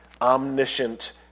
omniscient